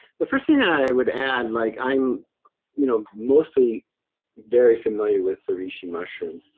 the first thing i would add, like i'm you know mostly very familiar with the reishi mushroom.